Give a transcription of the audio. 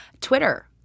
Twitter